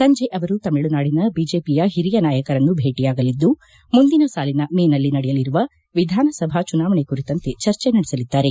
ಸಂಜೆ ತಮಿಳುನಾಡಿನ ಬಿಜೆಪಿಯ ಹಿರಿಯ ನಾಯಕರನ್ನು ಭೇಟಿಯಾಗಲಿದ್ದು ಮುಂದಿನ ಸಾಲಿನ ಮೇನಲ್ಲಿ ನಡೆಯಲಿರುವ ವಿಧಾನಸಭಾ ಚುನಾವಣೆ ಕುರಿತಂತೆ ಚರ್ಚೆ ನಡೆಸಲಿದ್ದಾರೆ